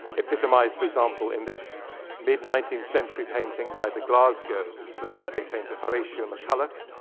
epitomized, for example, in this mid nineteenth century painting by the glasgow landscape painter horatio mcculloch.